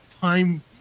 time